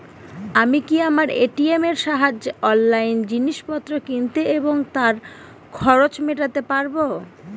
আমি কি আমার এ.টি.এম এর সাহায্যে অনলাইন জিনিসপত্র কিনতে এবং তার খরচ মেটাতে পারব?